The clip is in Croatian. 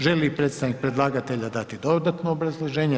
Želi li predstavnik predlagatelja dati dodatno obrazloženje?